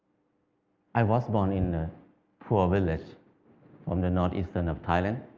i was born in a poor village on the northeastern of thailand